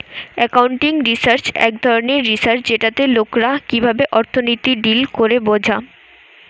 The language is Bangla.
একাউন্টিং রিসার্চ এক ধরণের রিসার্চ যেটাতে লোকরা কিভাবে অর্থনীতিতে ডিল করে বোঝা